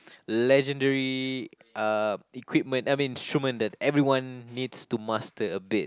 legendary uh equipment I mean instrument that everyone needs to master a bit